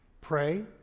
pray